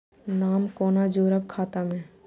नाम कोना जोरब खाता मे